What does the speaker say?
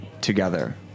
together